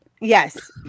Yes